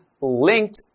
linked